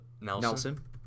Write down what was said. Nelson